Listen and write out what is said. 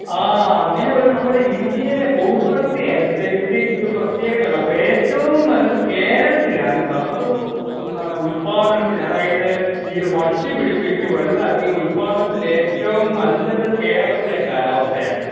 ആ അങ്ങനെ വരുന്ന നമ്മുടെ ഇന്ത്യയിലെ ഭൂപ്രകൃതിയനുസരിച്ച് ഇത് പ്രത്യേകതയുള്ള അപ്പം ഏറ്റവും നല്ലത് കേരളത്തിലാണ് റബ്ബറ് എന്ന ഉൽപ്പാദനത്തിന് അതായത് ഇത് വച്ചുപിടിപ്പിച്ച് വലുതാക്കി ഉത്പാദനത്തിലേറ്റവും നല്ലത് കേരളത്തിലെ കാലാവസ്ഥയാണ്